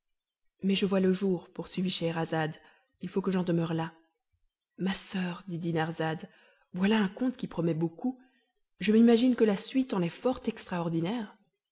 mais je vois le jour poursuivit scheherazade il faut que j'en demeure là ma soeur dit dinarzade voilà un conte qui promet beaucoup je m'imagine que la suite en est fort extraordinaire